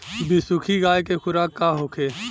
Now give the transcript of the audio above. बिसुखी गाय के खुराक का होखे?